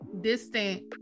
distant